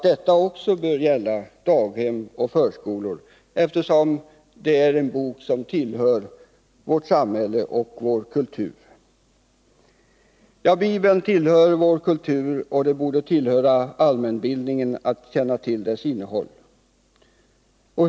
Detta bör gälla också daghem och förskolor, eftersom Bibeln är en bok som tillhör vårt samhälle och vår kultur. Bibeln tillhör vår kultur, och det borde tillhöra allmänbildningen att känna till dess innehåll.